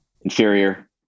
inferior